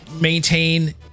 maintain